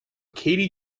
katie